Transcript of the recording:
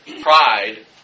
pride